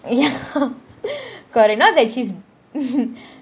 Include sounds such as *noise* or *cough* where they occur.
ya *laughs* correct not that she's *laughs*